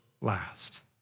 last